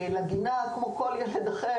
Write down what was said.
כמו כל ילד אחר.